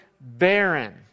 barren